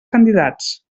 candidats